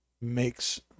makes